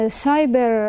cyber